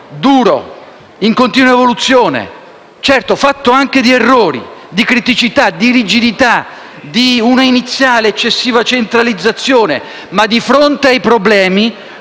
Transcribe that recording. duro, in continua evoluzione, certamente fatto anche di errori, criticità, rigidità e di un'iniziale eccessiva centralizzazione. Ma, di fronte ai problemi,